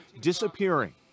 disappearing